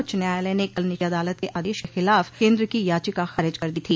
उच्च न्यायालय ने कल निचली अदालत के आदेश के खिलाफ केन्द्र की याचिका खारिज कर दी थी